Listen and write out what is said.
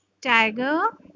tiger